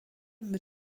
mit